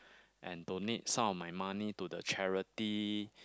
and donate some of my money to the charity